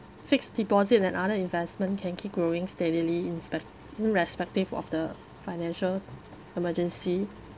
fixed deposit and other investment can keep growing steadily inspect irrespective of the financial emergency